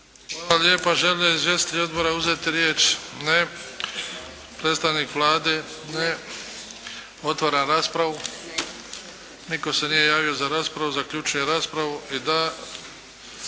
Hvala lijepa. Žele li izvjestitelji odbora uzeti riječ? Ne. Predstavnik Vlade? Ne. Otvaram raspravu. Nitko se nije javio za raspravu. Zaključujem raspravu.